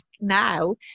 now